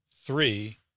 Three